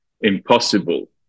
impossible